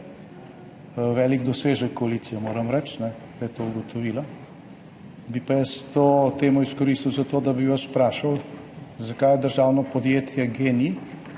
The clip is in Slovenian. Velik dosežek koalicije, moram reči, da je to ugotovila. Bi pa jaz to temo izkoristil za to, da bi vas vprašal, zakaj je državno podjetje GEN-I,